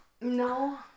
no